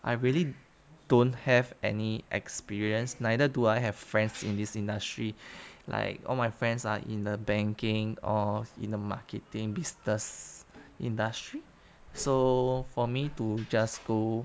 I really don't have any experience neither do I have friends in this industry like all my friends are in a banking or in the marketing business industry so for me to just go